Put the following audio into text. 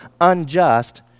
unjust